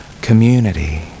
community